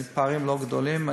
הפערים לא גדולים,